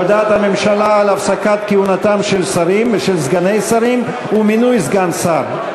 הודעת הממשלה על הפסקת כהונתם של שרים ושל סגני שרים ועל מינוי סגן שר,